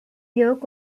york